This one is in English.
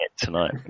tonight